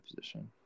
position